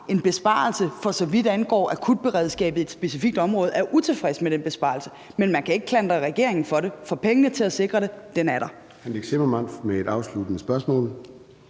en besparelse, for så vidt angår akutberedskabet i et specifikt område, er utilfredse med den besparelse. Men man kan ikke klandre regeringen for det, for pengene til at sikre det er der.